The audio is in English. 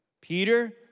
Peter